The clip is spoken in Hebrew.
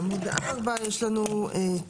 בעמוד 4 יש תיקון: